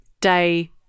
day